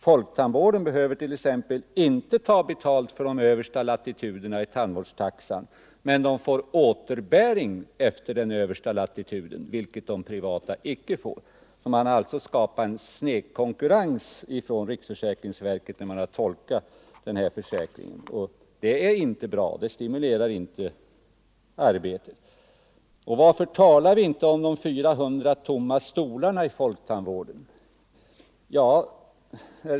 Folktandvården behöver t.ex. inte ta betalt för de översta latituderna i folktandvårdstaxan, men ändå utgår återbetalning för den översta latituden, vilket är någonting som de privata tandläkarna inte får. Riksförsäkringsverket har alltså skapat en snedkonkurrens vid tolkningen av försäkringen, och det är inte bra; det stimulerar inte arbetet. Varför talar vi inte om de 400 tomma tandläkarstolarna i folktandvården?